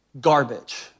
garbage